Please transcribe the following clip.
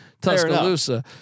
Tuscaloosa